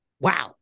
Wow